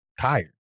tired